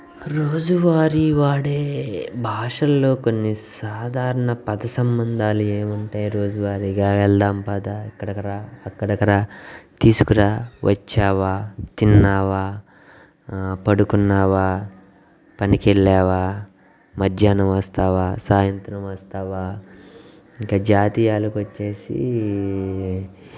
రోజువారీ వాడే భాషలలో కొన్ని సాధారణ పద సంబంధాలు ఏమి ఉంటాయి రోజువారీగా వెళదాం పద ఇక్కడికిరా అక్కడకురా తీసుకురా వచ్చావా తిన్నావా పడుకున్నావా పనికి వెళ్ళావా మధ్యాహ్నం వస్తావా సాయంత్రం వస్తావా ఇంక జాతీయాలకు వచ్చి